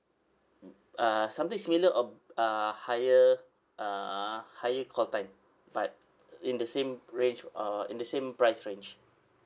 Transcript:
uh something similar or uh higher uh higher call time but in the same range uh in the same price range